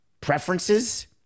preferences